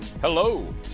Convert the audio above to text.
Hello